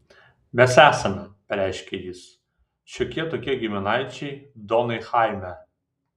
mes esame pareiškė jis šiokie tokie giminaičiai donai chaime